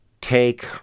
take